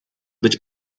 być